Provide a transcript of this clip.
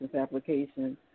application